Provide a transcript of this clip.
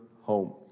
home